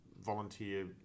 volunteer